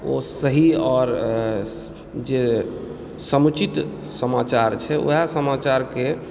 ओ सही आओर जे समुचित समाचार छै वएह समाचार के